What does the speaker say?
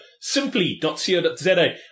simply.co.za